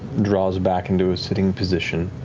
draws back into a sitting position.